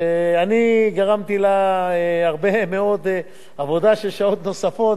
שגרמתי לה הרבה מאוד עבודה של שעות נוספות